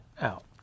out